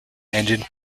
engine